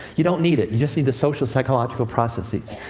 you don't need it. you just need the social-psychological processes.